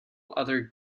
other